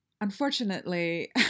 Unfortunately